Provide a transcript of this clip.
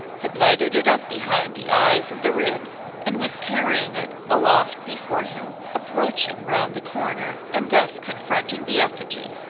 had lighted it up behind the eyes and the ribs, and was carrying it aloft before him, approaching round the corner, and thus confronting the effigy.